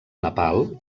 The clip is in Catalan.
nepal